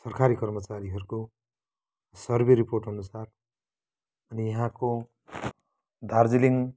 सरकारी कर्मचारीहरूको survey report अनुसार अनि यहाँको दार्जिलिङ